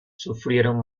sufrieron